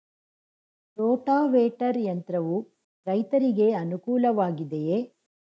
Rotavator ಯಂತ್ರವು ರೈತರಿಗೆ ಅನುಕೂಲ ವಾಗಿದೆಯೇ?